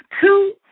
two